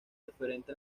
diferente